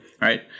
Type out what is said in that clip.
right